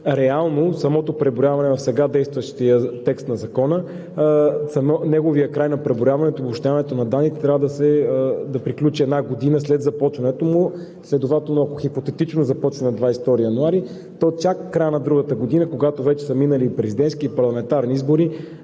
реално самото преброяване в сега действащия текст на Закона, краят на преброяването и обобщаването на данните трябва да приключи една година след започването му. Следователно, ако хипотетично започне на 22 януари, то чак в края на другата година, когато вече са минали президентски и парламентарни избори,